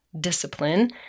discipline